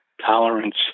tolerance